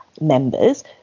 members